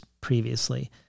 previously